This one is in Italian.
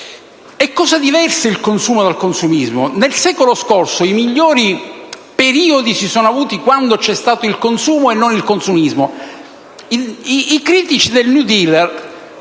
è cosa diversa dal consumismo. Nel secolo scorso, i migliori periodi si sono avuti quando c'è stato il consumo, non il consumismo. I critici del *New Deal*